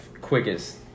quickest